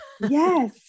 Yes